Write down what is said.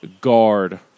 guard